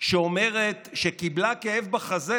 שאומרת שקיבלה כאב בחזה